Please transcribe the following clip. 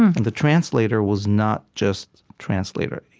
and the translator was not just translator.